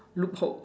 loopholes